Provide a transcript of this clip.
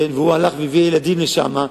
והוא הלך והביא ילדים לשם,